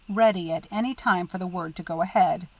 ready at any time for the word to go ahead.